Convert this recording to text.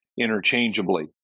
interchangeably